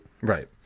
Right